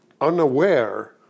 unaware